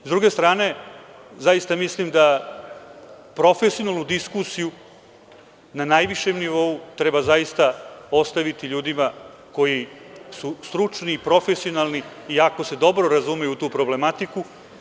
S druge strane, zaista mislim da profesionalnu diskusiju na najvišem nivou treba zaista ostaviti ljudima koji su stručni, profesionalni i jako se dobro razumeju u tu problematiku.